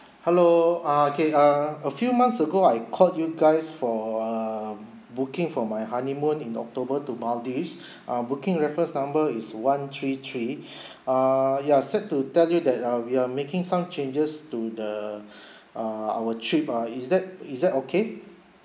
hello uh okay uh a few months ago I called you guys for err booking for my honeymoon in october to maldives um booking reference number is one three three uh ya sad to tell you that uh we are making some changes to the uh our trip ah is that is that okay